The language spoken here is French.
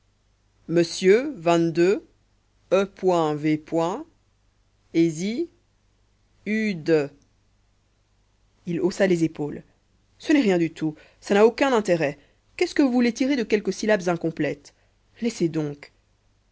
monsieur e v ési ue de il haussa les épaules ce n'est rien du tout ça n'a aucun intérêt qu'est-ce que vous voulez tirer de quelques syllabes incomplètes laissez donc